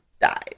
died